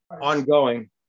ongoing